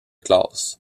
classe